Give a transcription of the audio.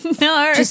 No